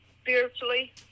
spiritually